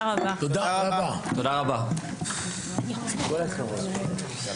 הישיבה ננעלה בשעה 09:43.